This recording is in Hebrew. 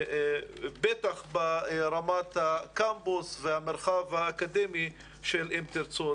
בטח ברמת הקמפוס והמרחב האקדמי של "אם תרצו".